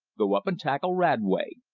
go up and tackle radway.